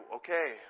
okay